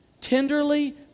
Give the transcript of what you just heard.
Tenderly